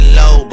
low